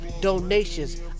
donations